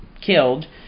killed